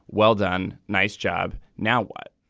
well done. nice job now what.